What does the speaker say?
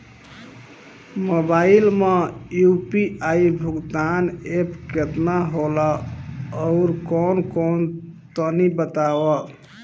Mobile म UPI भुगतान app केतना होला आउरकौन कौन तनि बतावा?